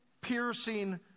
piercing